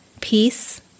Peace